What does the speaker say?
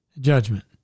judgment